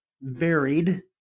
varied